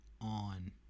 on